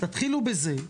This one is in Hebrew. תחילו בזה.